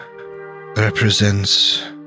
represents